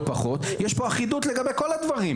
הדברים.